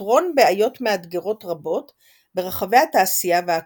בפתרון בעיות מאתגרות רבות ברחבי התעשייה והאקדמיה.